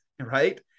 Right